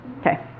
Okay